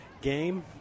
game